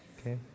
Okay